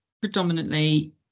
predominantly